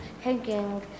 hanging